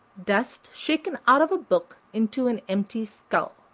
dust shaken out of a book into an empty skull.